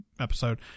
episode